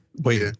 Wait